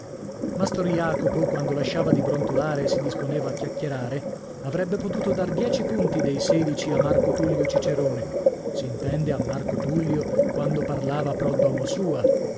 mastro jacopo quando lasciava di brontolare e si disponeva a chiacchierare avrebbe potuto dar dieci punti dei sedici a marco tullio cicerone s'intende a marco tullio quando parlava pro domo sua